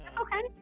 Okay